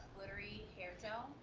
glittery hair gel?